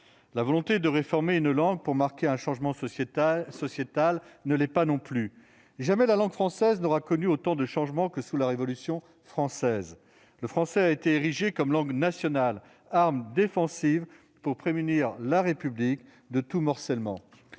La volonté de réformer une langue pour marquer un changement sociétal ne l'est pas non plus. Jamais la langue française n'aura connu autant de changements que sous la Révolution française. Le français a été érigé comme langue nationale, arme défensive pour prémunir la République de tout morcellement.